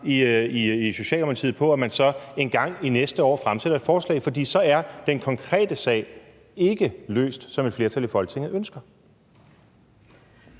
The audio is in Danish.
i Socialdemokratiet, så engang til næste år fremsætter et forslag, for så er den konkrete sag ikke løst, som et flertal i Folketinget ønsker.